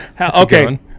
Okay